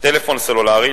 טלפון סלולרי,